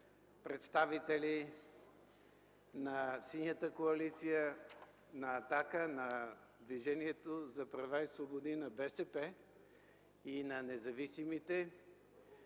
представители – на Синята коалиция, на „Атака”, на Движението за права и свободи, на БСП и независимите,